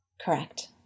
Correct